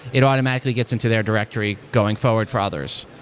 it automatically gets into their directory going forward for others.